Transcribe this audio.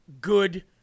good